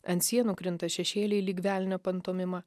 ant sienų krinta šešėliai lyg velnio pantomima